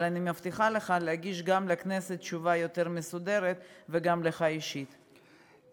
אבל אני מבטיחה לך להגיש גם לכנסת וגם לך אישית תשובה יותר מסודרת.